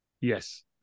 Yes